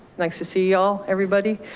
nice to see y'all, everybody.